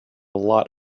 lot